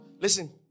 Listen